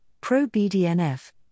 pro-BDNF